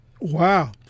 Wow